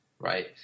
right